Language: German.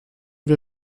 wir